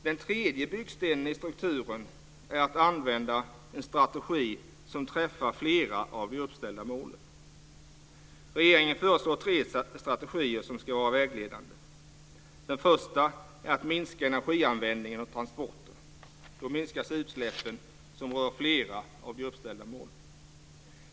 Den tredje byggstenen i strukturen är att använda en strategi som träffar fler av de uppställda målen. Regeringen föreslår tre strategier som ska vara vägledande. Den första är att minska energianvändningen och transporter. Då minskas utsläppen som rör flera av de uppställda målen.